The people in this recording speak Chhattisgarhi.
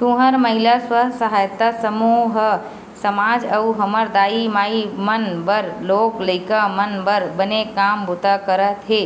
तुंहर महिला स्व सहायता समूह ह समाज अउ हमर दाई माई मन बर लोग लइका मन बर बने काम बूता करत हे